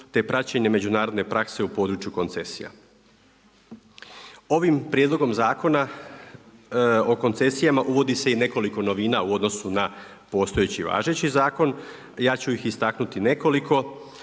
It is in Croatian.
te praćenje međunarodne prakse u području koncesija. Ovim Prijedlogom Zakona o koncesijama uvodi se i nekoliko novina u odnosu na postojeći, važeći zakon, ja ću ih istaknuti nekoliko.